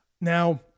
Now